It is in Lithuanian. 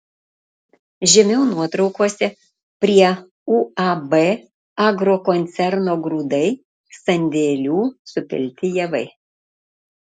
žemiau nuotraukose prie uab agrokoncerno grūdai sandėlių supilti javai